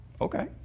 Okay